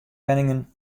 wenningen